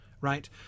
right